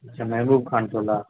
अच्छा मेहबूब खान टोला